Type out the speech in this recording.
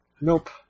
Nope